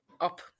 up